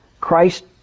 Christ